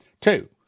Two